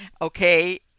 Okay